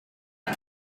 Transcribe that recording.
and